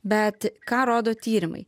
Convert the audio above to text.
bet ką rodo tyrimai